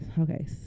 Okay